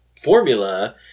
formula